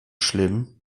schlimm